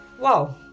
Wow